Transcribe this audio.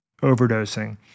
overdosing